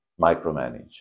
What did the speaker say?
micromanage